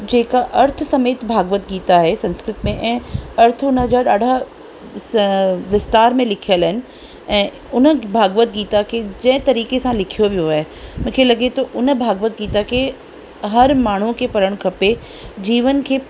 जेका अर्थ समेत भागवत गीता आहे संस्कृत में ऐं अर्थ उन जा ॾाढा स विस्तार में लिखियल आहिनि ऐं उन भागवत गीता खे जंहिं तरीक़े सां लिखियो वियो आहे मूंखे लॻे थो उन भागवत गीता खे हर माण्हूअ खे पढ़णु खपे जीवन खे